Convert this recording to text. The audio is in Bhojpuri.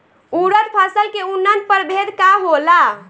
उरद फसल के उन्नत प्रभेद का होला?